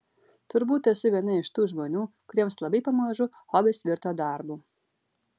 turbūt esu viena iš tų žmonių kuriems labai pamažu hobis virto darbu